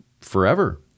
forever